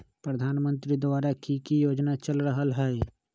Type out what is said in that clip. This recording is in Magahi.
प्रधानमंत्री द्वारा की की योजना चल रहलई ह?